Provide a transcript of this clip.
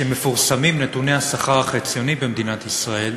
כשמפורסמים נתוני השכר החציוני במדינת ישראל,